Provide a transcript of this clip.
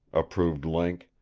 approved link,